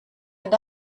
and